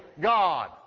God